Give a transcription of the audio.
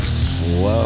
slow